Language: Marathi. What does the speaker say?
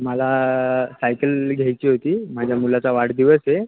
मला सायकल घ्यायची होती माझ्या मुलाचा वाढदिवस आहे